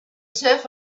turf